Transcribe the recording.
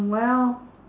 well